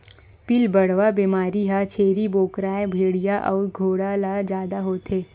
पिलबढ़वा बेमारी ह छेरी बोकराए भेड़िया अउ घोड़ा ल जादा होथे